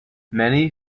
many